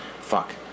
Fuck